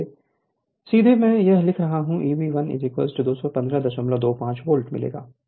इसलिए सीधे मैं यह लिख रहा हूं Eb1 21525 वोल्ट मिलेगा